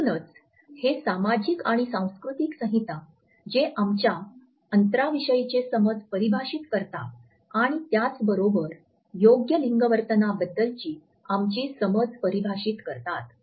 म्हणूनच हे सामाजिक आणि सांस्कृतिक संहिता जे आमच्या अंतराविषयीचे समज परिभाषित करतात आणि त्याचबरोबर योग्य लिंग वर्तनाबद्दलची आपली समज परिभाषित करतात